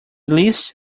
leased